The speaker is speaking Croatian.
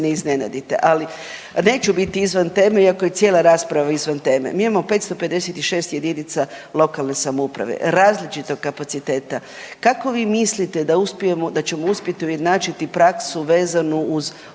ne iznenadite, ali neću biti izvan teme, iako je cijela rasprava izvan teme. Mi imamo 556 jedinica lokalne samouprave, različitog kapaciteta. Kako vi mislite da uspijemo, da ćemo uspjeti ujednačiti praksu vezanu uz